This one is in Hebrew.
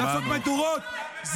החטופים לא מעניינים אתכם,